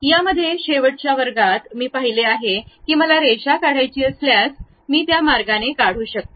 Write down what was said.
त्यामध्ये शेवटच्या वर्गात मी पाहिले आहे की मला रेषा काढायची असल्यास ती त्या मार्गाने काढू शकते